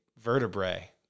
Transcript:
vertebrae